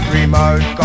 remote